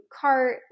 cart